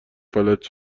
فلج